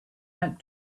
out